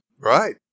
Right